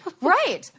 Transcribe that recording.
Right